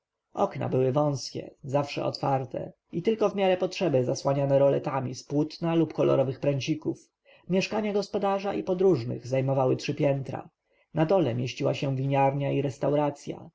okna były wąskie zawsze otwarte i tylko w miarę potrzeby zasłaniane roletami z płótna lub kolorowych pręcików mieszkania gospodarza i podróżnych zajmowały trzy piętra na dole mieściła się winiarnia i restauracja